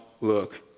look